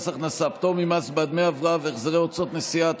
הכנסה (פטור ממס בעד דמי הבראה והחזרי הוצאות נסיעה),